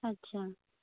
अच्छा